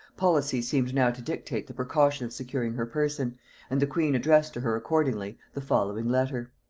policy seemed now to dictate the precaution of securing her person and the queen addressed to her accordingly the following letter.